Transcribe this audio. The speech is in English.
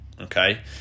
okay